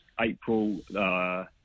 April